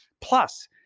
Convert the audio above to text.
Plus